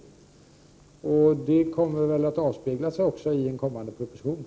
Det kommer att avspegla sig i den kommande propositionen.